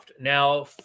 Now